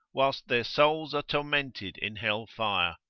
whilst their souls are tormented in hell fire.